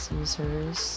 users